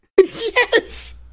Yes